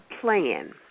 plan